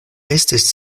estis